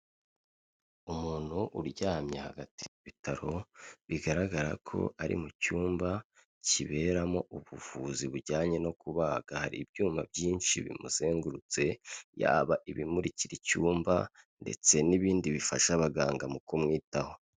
Umuntu uryamye hagati yibitaro bigaragara ko ari mu cyumba kiberamo ubuvuzi bujyanye no kubaga, hari ibyuma byinshi bimuzengurutse yaba ibimurikira icyumba ndetse n'ibindi bifasha abaganga mu kumwitaho.